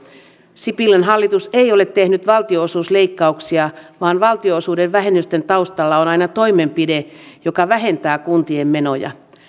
sipilän hallitus ei ole tehnyt valtionosuusleikkauksia vaan valtionosuuden vähennysten taustalla on aina toimenpide joka vähentää kuntien menoja